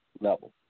level